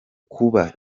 kuba